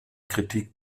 kritik